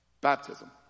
baptism